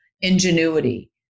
ingenuity